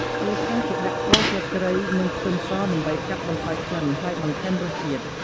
ពេលខ្លះគេដាក់គល់ស្លឹកគ្រៃ និងខ្ទឹមសដើម្បីកាត់បន្ថយក្លិនហើយបន្ថែមរសជាតិ។